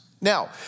Now